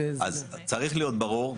אז צריך להיות ברור.